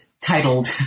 titled